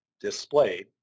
displayed